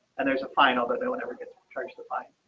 and there's a final that no one ever gets charged